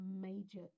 major